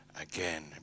again